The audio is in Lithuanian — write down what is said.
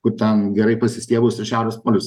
kur ten gerai pasistiebus ir šiaurės polius